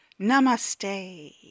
Namaste